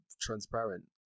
transparent